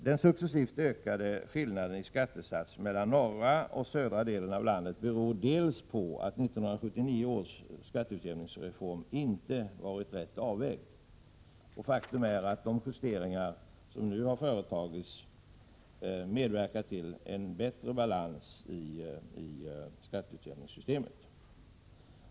Den successivt ökade skillnaden i skattesats mellan norra och södra delen av landet beror till stor del på att 1979 års skatteutjämningsreform inte varit rätt avvägd. Faktum är att de justeringar som nu har företagits medverkar till bättre balans i skatteutjämningssystemet.